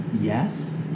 yes